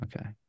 Okay